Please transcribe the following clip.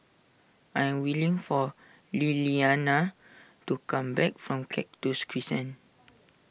I am waiting for Lilliana to come back from Cactus Crescent